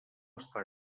està